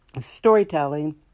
Storytelling